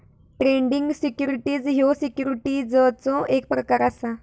trading securities ह्यो सिक्युरिटीजचो एक प्रकार असा